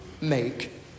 make